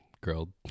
grilled